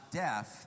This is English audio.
deaf